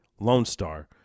LONESTAR